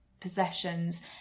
possessions